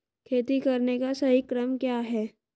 खेती करने का सही क्रम क्या है?